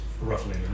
Roughly